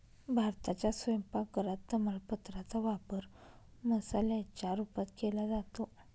भारताच्या स्वयंपाक घरात तमालपत्रा चा वापर मसाल्याच्या रूपात केला जातो